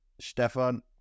Stefan